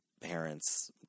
parents